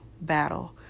battle